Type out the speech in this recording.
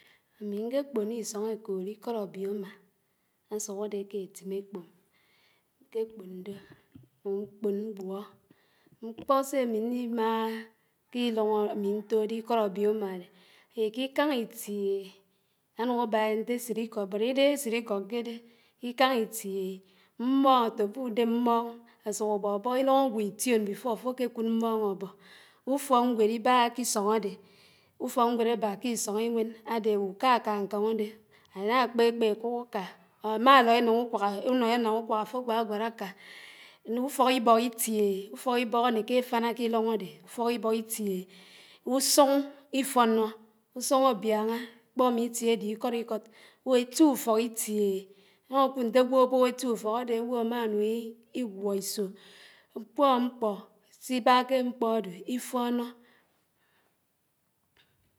Ámi ñke kpòn ísóñ ékòrò íkót òbiòmá ásùk ádé ké étũn ékpòm, ñke kpòn dé, ñùn ñkpòn ñgw. Mkpó sé ámí ñnímáhák’ílùñ ámí ñtòdé íkót ábiòmá dé adé k’ikáñ ítíehé ánùn ábá ñté ésit íkód bét ídéhé esid ikod kédé, íkáñ ítiéhé, mmóñ átébù ùdeb mmón ásùk ábóbóhó ílùñ ágwò ítíòn before áfò ke kùd mmóñ ábó, ùfókngwéd íbáhá kisóñ áde, ùfókngwéd ábá k’isóñ íwén ádé áwù káká ñkàñ ùdé, áká kpékpé ákùk áká or má aló énáñùkwák, ùnó énáñùkwák áfò awágwád aka, nùùfókibók itiehe, ùsùñ ífónó, ùsùñ ábiáná, kpomo itie ádě íkódikéd étí ùfok ítíéhé, ámákùd ñté ágwò ábùb étíùfók ádé ágwò ámánùñ igwó ísò, mkpóóm mkpó síbá ké mkpódé ífónó.